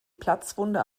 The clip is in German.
platzwunde